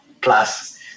plus